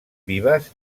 vives